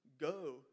go